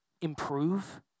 improve